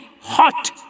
hot